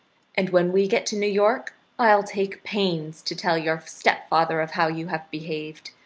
and when we get to new york i'll take pains to tell your stepfather of how you have behaved.